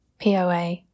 POA